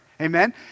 Amen